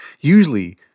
Usually